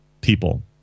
people